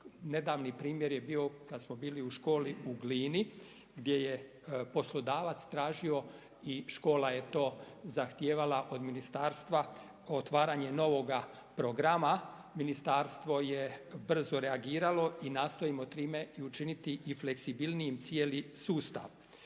Nedavni primjer je bio, kad smo bili u školi u Glini, gdje je poslodavac tražio i škola je to zahtijevala od ministarstva, otvaranje novoga programa. Ministarstvo je brzo reagiralo i nastojim o time i učiniti i fleksibilnije i cijeli sustav.